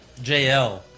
JL